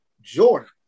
jordan